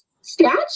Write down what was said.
statue